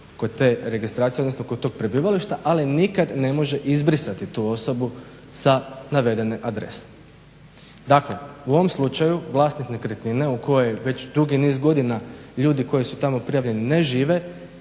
kod te registracije, odnosno kod tog prebivališta, ali nikad ne može izbrisati tu osobu sa navedene adrese. Dakle, u ovom slučaju vlasnik nekretnine u kojoj već dugi niz godina ljudi koji su tamo prijavljeni ne žive